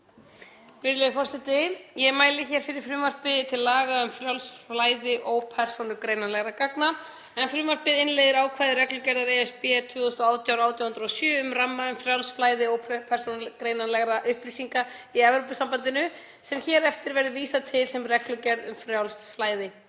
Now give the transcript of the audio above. Virðulegur forseti. Ég mæli hér fyrir frumvarpi til laga um frjálst flæði ópersónugreinanlegra gagna. Frumvarpið innleiðir ákvæði reglugerðar ESB 2018/1807, um ramma um frjálst flæði ópersónugreinanlegra upplýsinga í Evrópusambandinu, sem hér eftir verður vísað til sem reglugerðar um frjálst flæði.